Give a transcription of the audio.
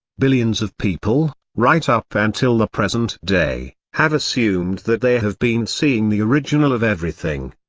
billions of people, right up until the present day, have assumed that they have been seeing the original of everything.